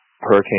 Hurricane